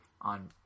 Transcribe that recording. on